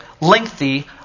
lengthy